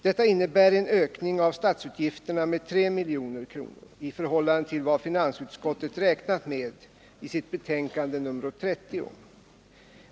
Detta innebär en ökning av statsutgifterna med 3 000 000 kronor i förhållande till vad finansutskottet räknat med i sitt betänkande nr 30.